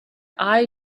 eye